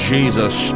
Jesus